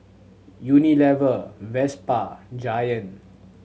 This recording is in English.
Unilever Vespa Giant